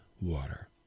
water